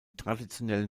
traditionellen